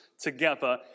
together